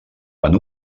van